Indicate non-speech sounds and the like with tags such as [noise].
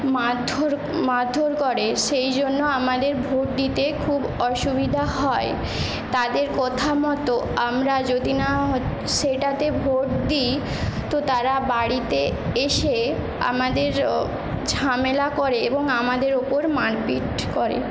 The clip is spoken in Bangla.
মারধর মারধর করে সেই জন্য আমাদের ভোট দিতে খুব অসুবিধা হয় তাদের কথা মত আমরা যদি না [unintelligible] সেটাতে ভোট দি তো তারা বাড়িতে এসে আমাদের ঝামেলা করে এবং আমাদের ওপর মারপিট করে